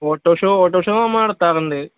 auto show auto show നമ്മൾ നടത്താറുണ്ട്